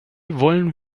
wollen